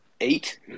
eight